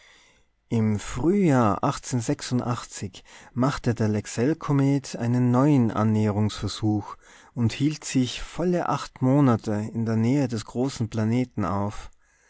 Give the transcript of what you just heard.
im frühjahr machte der lexellkomet einen neuen annäherungsversuch und hielt sich volle acht monate in der nähe des großen planeten auf